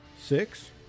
six